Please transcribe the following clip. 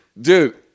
dude